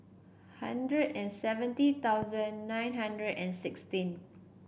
hundred and seventy thousand nine hundred and sixteen